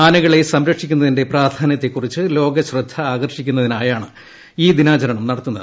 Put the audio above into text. ആനകളെ സംരക്ഷിക്കുന്നതിന്റെ പ്രാധാന്യത്തെക്കുറിച്ച് ലോകശ്രദ്ധ ആകർഷിക്കുന്നതിനായാണ് ഈ ദിനാചരണം നടത്തുന്നത്